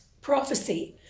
prophecy